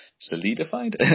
solidified